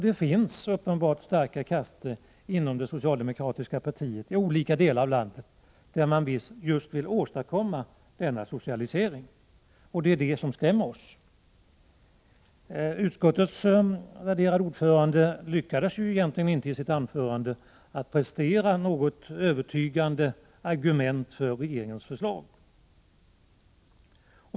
Det finns uppenbarligen starka krafter inom det socialdemokratiska partiet i olika delar av landet som just vill åstadkomma denna socialisering, och det är detta som skrämmer oss. Utskottets värderade ordförande lyckades egentligen inte i sitt anförande prestera något övertygande argument för regeringens förslag.